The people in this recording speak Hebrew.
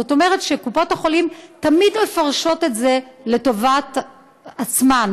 זאת אומרת שקופות החולים תמיד מפרשות את זה לטובת עצמן,